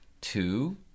two